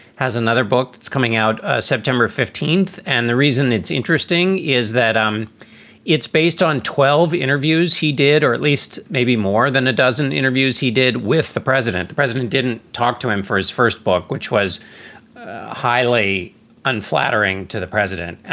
has another book that's coming out september fifteenth. and the reason it's interesting is that um it's based on twelve interviews he did, or at least maybe more than a dozen interviews he did with the president. the president didn't talk to him for his first book, which was highly unflattering to the president,